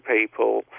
people